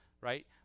right